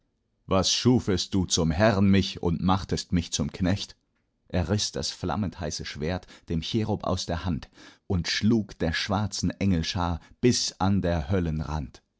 was schufest du zum herren mich und machtest mich zum knecht er riß das flammendheiße schwert dem cherub aus der hand und schlug der schwarzen engel schar bis an der